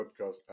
Podcast